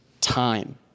time